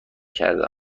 کرده